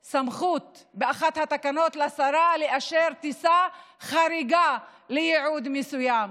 שבאחת התקנות יש סמכות לשרה לאשר טיסה חריגה ליעד מסוים,